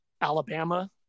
Alabama